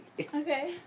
Okay